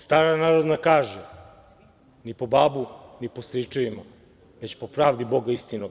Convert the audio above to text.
Stara narodna kaže – ni po babu, ni po stričevima, već po pravdi Boga i istine,